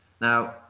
Now